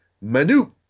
manu